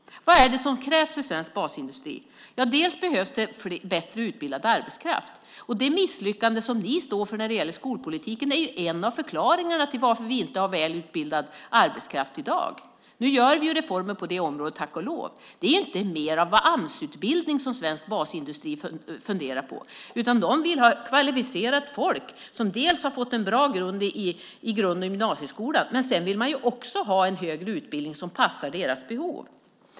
Vad är det som krävs i svensk basindustri? Bland annat behövs det bättre utbildad arbetskraft. Det misslyckande som ni stått för när det gäller skolpolitiken är ju en av förklaringarna till att vi inte har välutbildad arbetskraft i dag. Nu gör vi reformer på det området, tack och lov. Det är inte mer av Amsutbildning som svensk basindustri vill ha, utan de vill dels ha kvalificerat folk som har fått en bra grund i grundskolan och gymnasieskolan, dels att det ska finnas en högre utbildning som passar deras behov.